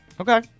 Okay